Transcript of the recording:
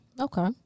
Okay